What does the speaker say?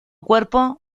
cuerpo